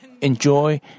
enjoy